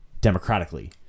democratically